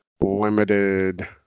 limited